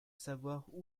savoir